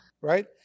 right